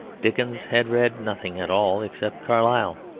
dickens had read nothing at all, except carlyle.